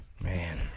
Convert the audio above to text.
Man